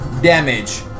damage